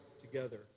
together